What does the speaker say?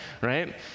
Right